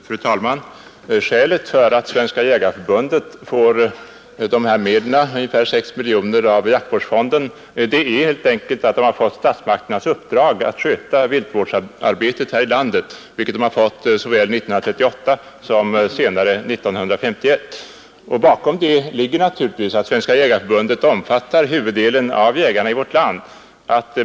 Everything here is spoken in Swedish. Fru talman! Skälet till att Svenska jägareförbundet får dessa medel, ungefär 6 miljoner kronor, av jaktvårdsfonden är helt enkelt att 31 förbundet har fått statsmakternas uppdrag att sköta viltvårdsarbetet här i landet. Detta uppdrag har förbundet fått såväl 1938 som senare, 1951. Bakom detta ligger naturligtvis att Svenska jägareförbundet omfattar huvuddelen av jägarna i vårt land.